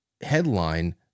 headline